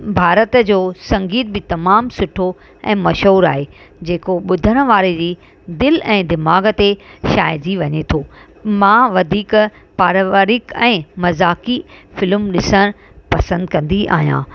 भारत जो संगीत बि तमामु सुठो ऐं मशहूरु आहे जेको ॿुधणु वारे जी दिलि ऐं दिमाग़ ते छाइंजी वञे थो मां वधीक पारिवारिक ऐं मज़ाकी फिल्म ॾिसणु पसंदि कंदी आहियां